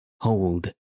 Hold